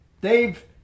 Dave